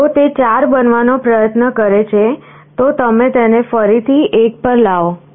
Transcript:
તેથી જો તે 4 બનવાનો પ્રયત્ન કરે છે તો તમે તેને ફરીથી 1 પર લાવો